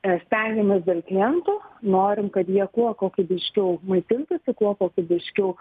stengiamės dėl klientų norim kad jie kuo kokybiškiau maitintųsi kuo kokybiškiau